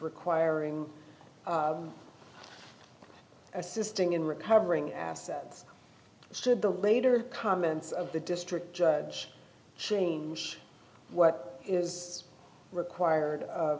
requiring assisting in recovering assets said the later comments of the district judge change what is required